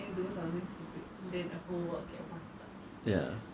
餐厅 or whatever 的东西 because there's no guarantee you get the money but 你